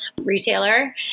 retailer